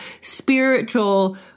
spiritual